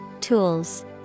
Tools